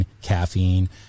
caffeine